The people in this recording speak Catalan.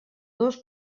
dos